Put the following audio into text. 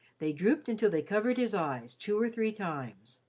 they drooped until they covered his eyes two or three times,